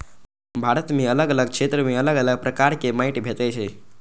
भारत मे अलग अलग क्षेत्र मे अलग अलग प्रकारक माटि भेटै छै